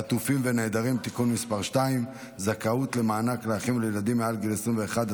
חטופים ונעדרים (תיקון מס' 2) (זכאות למענק לאחים ולילדים מעל גיל 21),